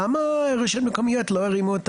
למה לדעתך הרשויות המקומיות לא הרימו את